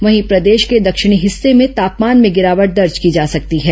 वहीं प्रदेश के दक्षिणी हिस्से में तापमान में गिरावट दर्ज की जा सकती है